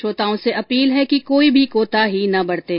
श्रोताओं से अपील है कि कोई भी कोताही न बरतें